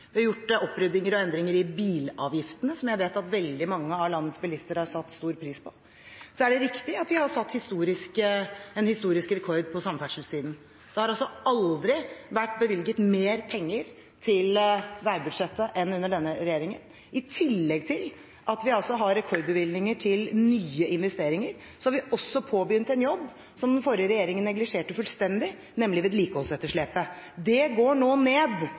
Vi har gjort oppryddinger og endringer i bilavgiftene, som jeg vet at veldig mange av landets bilister har satt stor pris på. Så er det riktig at vi har satt en historisk rekord på samferdselssiden. Det har aldri vært bevilget mer penger til veibudsjettet enn under denne regjeringen. I tillegg til at vi har rekordbevilgninger til nye investeringer, har vi påbegynt en jobb som den forrige regjeringen neglisjerte fullstendig, nemlig vedlikeholdsetterslepet. Det går nå ned